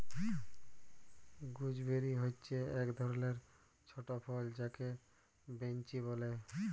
gooseberry হচ্যে এক ধরলের ছট ফল যাকে বৈনচি ব্যলে